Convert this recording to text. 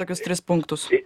tokius tris punktus